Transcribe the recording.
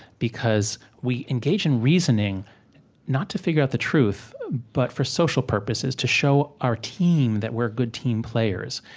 because we engage in reasoning not to figure out the truth but for social purposes, to show our team that we're good team players.